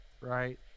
right